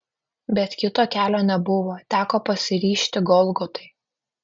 bet kito kelio nebuvo teko pasiryžti golgotai